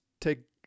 take